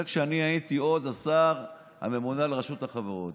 זה היה כשאני הייתי עוד השר הממונה על רשות החברות.